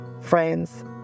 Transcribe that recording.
friends